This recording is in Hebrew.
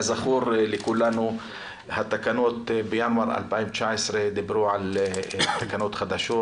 כזכור לכולנו התקנות בינואר 2019 דיברו על תקנות חדשות